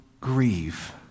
grieve